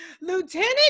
Lieutenant